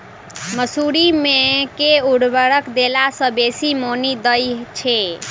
मसूरी मे केँ उर्वरक देला सऽ बेसी मॉनी दइ छै?